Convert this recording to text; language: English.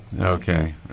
Okay